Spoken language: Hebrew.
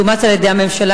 שאומץ על-ידי הממשלה,